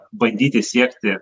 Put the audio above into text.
bandyti siekti